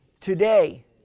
Today